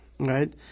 Right